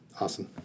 Awesome